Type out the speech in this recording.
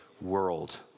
world